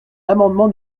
l’amendement